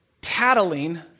tattling